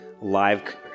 live